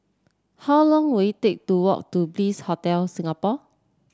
how long will it take to walk to Bliss Hotel Singapore